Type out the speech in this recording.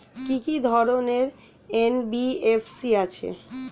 কি কি ধরনের এন.বি.এফ.সি আছে?